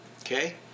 Okay